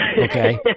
okay